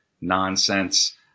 nonsense